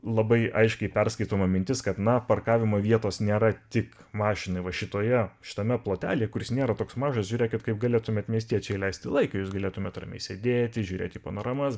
labai aiškiai perskaitoma mintis kad na parkavimo vietos nėra tik mašinai va šitoje šitame plotelyje kuris nėra toks mažas žiūrėkit kaip galėtumėt miestiečiai leisti laiką jūs galėtumėt ramiai sėdėti žiūrėti panoramas